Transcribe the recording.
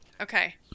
Okay